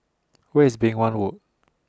Where IS Beng Wan Road